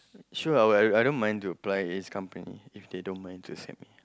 sure I won't I don't mind to apply any company if they don't mind to accept me